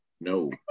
no